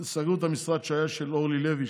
סגרו את המשרד שהיה של אורלי לוי,